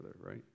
right